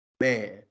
man